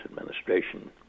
administration